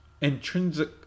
intrinsic